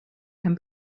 can